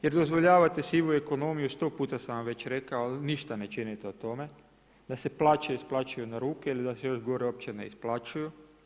Jer dozvoljavate sivu ekonomiju, sto puta sam vam već rekao, ništa ne činite o tome, da se plaće isplaćuju na ruke ili da se još gore ne isplaćuju.